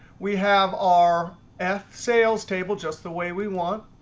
we have our f sales table just the way we want.